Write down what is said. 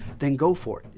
then go for it.